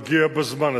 מגיע בזמן.